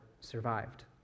survived